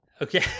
Okay